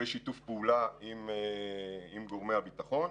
בשיתוף פעולה עם גורמי הביטחון.